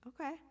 okay